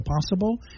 possible